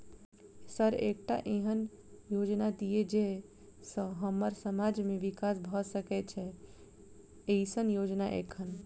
Sir एकटा एहन योजना दिय जै सऽ हम्मर समाज मे विकास भऽ सकै छैय एईसन योजना एखन?